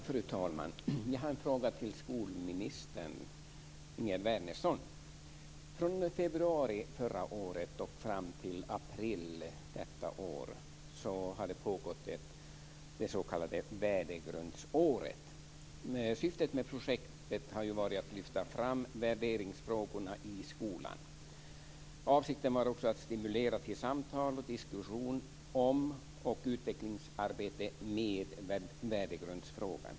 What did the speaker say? Fru talman! Jag har en fråga till skolminister Från februari förra året fram till april detta år har det s.k. värdegrundsåret pågått. Syftet med projektet har ju varit att lyfta fram värderingsfrågorna i skolan. Avsikten var också att stimulera till samtal och diskussion om och utvecklingsarbete med värdegrundsfrågan.